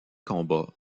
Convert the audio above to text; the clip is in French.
combat